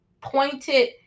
pointed